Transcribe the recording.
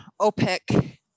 OPEC